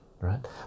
right